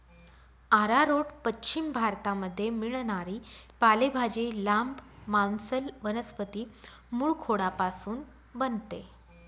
arrowroot पश्चिम भारतामध्ये मिळणारी पालेभाजी, लांब, मांसल वनस्पती मूळखोडापासून बनते